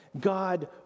God